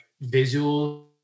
visual